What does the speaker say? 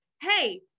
hey